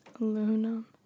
aluminum